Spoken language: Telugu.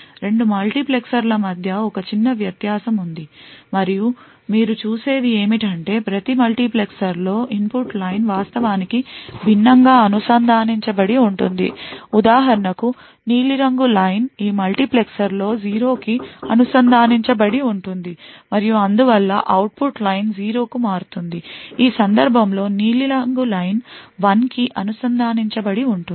2 మల్టీప్లెక్సర్ల మధ్య ఒక చిన్న వ్యత్యాసం ఉంది మరియు మీరు చూసేది ఏమిటంటే ప్రతి మల్టీప్లెక్సర్లో ఇన్పుట్ లైన్ వాస్తవానికి భిన్నంగా అనుసంధానించబడి ఉంది ఉదాహరణకు నీలిరంగు లైన్ ఈ మల్టీప్లెక్సర్లో 0 కి అనుసంధానించబడి ఉంది మరియు అందువల్ల అవుట్పుట్ లైన్ 0 కు మారుతుంది ఈ సందర్భంలో నీలిరంగు లైన్1 కి అనుసంధానించబడి ఉంటుంది